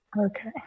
Okay